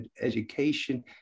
education